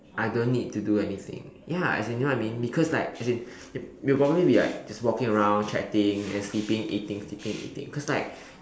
I don't need to do anything ya as in you know what I mean because like as in you you probably be like just walking around chatting and sleeping eating sleeping eating cause like